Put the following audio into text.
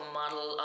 model